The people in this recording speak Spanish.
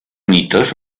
mitos